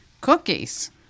cookies